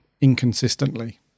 inconsistently